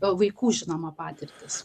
vaikų žinoma patirtys